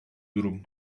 durum